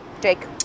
Jake